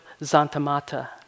Zantamata